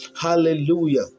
Hallelujah